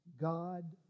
God